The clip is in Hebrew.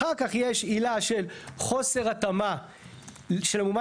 אחר כך יש עילה של חוסר התאמה של המועמד